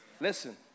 Listen